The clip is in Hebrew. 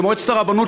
למועצת הרבנות,